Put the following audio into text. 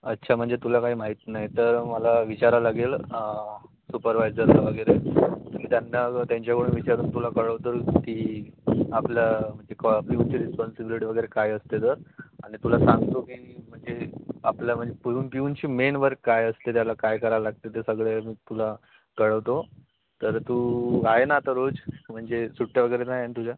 अच्छा म्हणजे तुला काही माहीत नाही नतर मला विचारावं लागेल सुपरवायझर वगैरे तर मी त्यांना त्यांच्याकडून विचारून तुला कळवतो ती आपला म्हणजे कॉ आपली प्यूनची रिस्पॉन्सिबिलिटी वगैरे काय असते तर आणि तुला सांगतो की म्हणजे आपल्या म्हणजे पिऊन पिऊनची मेन वर्क काय असते त्याला काय करावं लागते ते सगळे मी तुला कळवतो तर तू आहे ना आता रोज म्हणजे सुट्ट्या वगैरे नाही ना तुझ्या